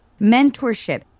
mentorship